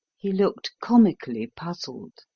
he looked comically puzzled.